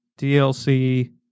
DLC